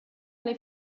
alle